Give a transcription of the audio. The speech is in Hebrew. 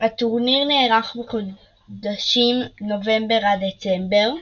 הטורניר נערך בחודשים נובמבר עד דצמבר,